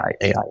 AI